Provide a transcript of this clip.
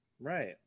Right